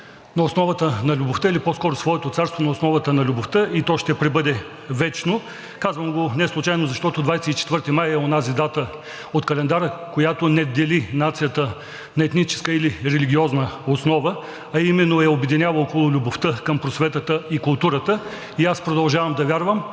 на основата на любовта или по-скоро своето царство на основата на любовта и то ще пребъде вечно. Казвам го неслучайно, защото 24 май е онази дата от календара, която не дели нацията на етническа или религиозна основа, а именно я обединява около любовта към просветата и културата и аз продължавам да вярвам,